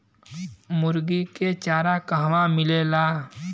मुर्गी के चारा कहवा मिलेला?